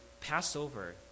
Passover